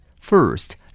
First